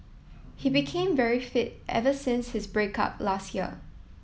he became very fit ever since his break up last year